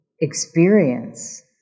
experience